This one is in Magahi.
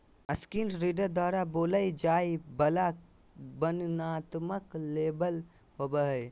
स्क्रीन रीडर द्वारा बोलय जाय वला वर्णनात्मक लेबल होबो हइ